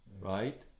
right